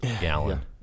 Gallon